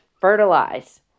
fertilize